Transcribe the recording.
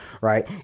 right